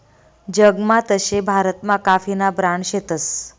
जगमा तशे भारतमा काफीना ब्रांड शेतस